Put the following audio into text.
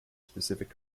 specific